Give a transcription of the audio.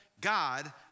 God